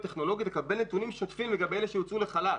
טכנולוגית לקבל נתונים שוטפים לגבי אלה שהוצאו לחל"ת.